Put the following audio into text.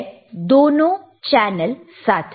और यह है दोनों चैनल साथ में